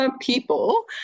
people